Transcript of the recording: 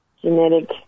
genetic